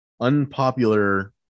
Unpopular